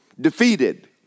defeated